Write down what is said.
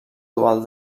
dual